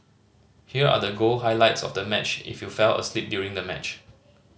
here are the goal highlights of the match if you fell asleep during the match